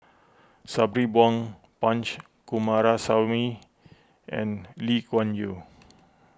Sabri Buang Punch Coomaraswamy and Lee Kuan Yew